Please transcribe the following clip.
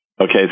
Okay